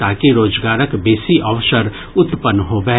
ताकि रोजगारक बेसी अवसर उत्पन्न होबय